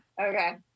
Okay